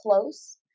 close